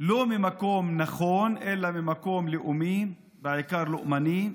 לא ממקום נכון, אלא ממקום לאומי, בעיקר לאומני.